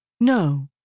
No